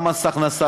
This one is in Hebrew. גם מס הכנסה,